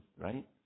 Right